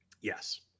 Yes